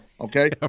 okay